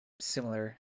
similar